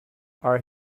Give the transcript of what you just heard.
are